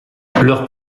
leur